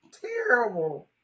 Terrible